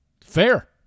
Fair